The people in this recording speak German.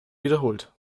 wiederholt